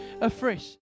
afresh